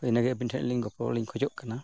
ᱦᱳᱭ ᱤᱱᱟᱹᱜᱮ ᱟᱹᱵᱤᱱ ᱴᱷᱮᱱ ᱞᱤᱧ ᱜᱚᱯᱚᱲᱚᱞᱤᱧ ᱠᱷᱳᱡᱚᱜ ᱠᱟᱱᱟ